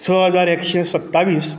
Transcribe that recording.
स हजार एकशे सत्तावीस